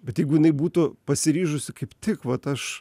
bet jeigu jinai būtų pasiryžusi kaip tik vat aš